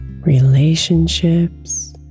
Relationships